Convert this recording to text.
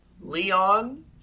Leon